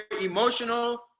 emotional